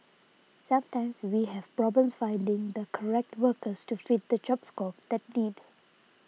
sometimes we have problems finding the correct workers to fit the job scope that need